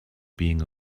being